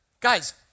Guys